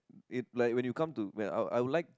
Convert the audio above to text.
it like when you come to when I'll I'll like